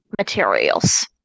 materials